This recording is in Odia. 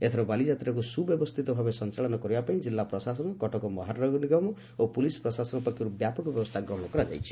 ଏଥର ବାଲିଯାତ୍ରାକୁ ସୁବ୍ୟବସ୍ସିତ ଭାବେ ସଞାଳନ କରିବା ପାଇଁ ଜିଲ୍ଲା ପ୍ରଶାସନ କଟକ ମହାନଗର ନିଗମ ଓ ପୁଲିସ ପ୍ରଶାସନ ପକ୍ଷରୁ ବ୍ୟାପକ ବ୍ୟବସ୍କା ଗ୍ରହଣ କରାଯାଇଛି